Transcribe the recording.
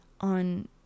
on